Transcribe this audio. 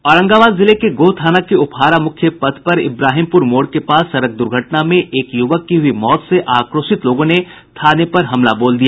औरंगाबाद जिले के गोह थाना के उपहारा मुख्य पथ पर इब्राहिमपुर मोड़ के पास सड़क दुर्घटना में एक युवक की हुई मौत से आक्रोशित लोगों ने थाने पर हमला बोल दिया